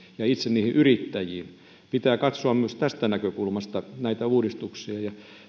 ja itse niihin yrittäjiin pitää katsoa myös tästä näkökulmasta näitä uudistuksia